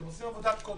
אתם עושים עבודת קודש,